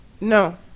no